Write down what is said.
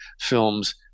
films